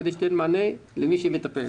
כדי שייתן מענה למי שמטפל.